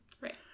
Right